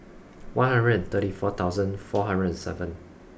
one hundred and thirty four thousand four hundred and seven